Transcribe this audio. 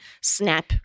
snap